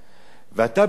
אתה אומר לי,